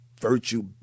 virtue